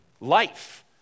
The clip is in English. life